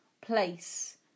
place